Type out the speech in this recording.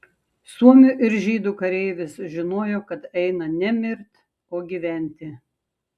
suomių ir žydų kareivis žinojo kad eina ne mirt o gyventi